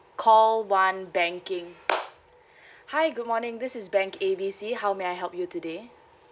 call one banking hi good morning this is bank A B C how may I help you today